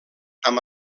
amb